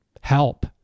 help